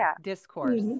discourse